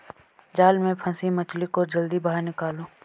जाल में फसी मछली को जल्दी बाहर निकालो